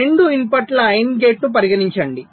2 input AND గేట్ను పరిగణించండి